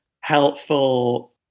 helpful